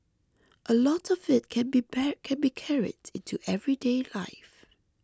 a lot of it can be by can be carried into everyday life